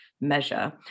measure